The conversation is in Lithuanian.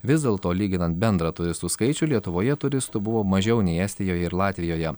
vis dėlto lyginant bendrą turistų skaičių lietuvoje turistų buvo mažiau nei estijoje ir latvijoje